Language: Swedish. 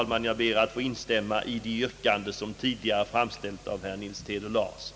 Jag ber att få instämma i de yrkanden som tidigare framställts av herr Nils Theodor Larsson.